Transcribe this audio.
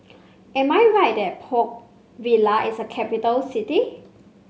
am I right that Port Vila is a capital city